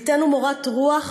ביטאנו מורת רוח